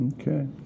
Okay